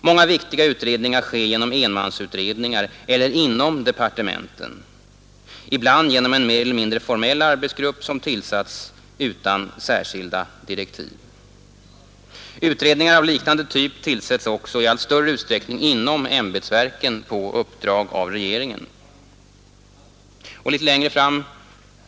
Många viktiga utredningar sker genom enmansutredningar eller inom departementen, ibland genom en mer eller mindre formell arbetsgrupp, som tillsatts utan särskilda direktiv. Utredningar av liknande ting tillsätts också i allt större utsträckning inom ämbetsverken på uppdrag av regeringen.